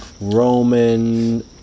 Roman